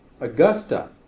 Augusta